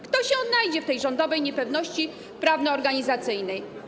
Kto odnajdzie się w tej rządowej niepewności prawno-organizacyjnej?